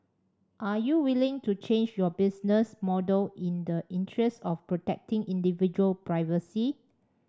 are you willing to change your business model in the interest of protecting individual privacy